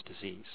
disease